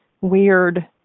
weird